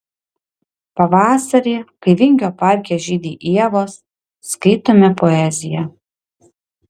pavasarį kai vingio parke žydi ievos skaitome poeziją